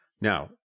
now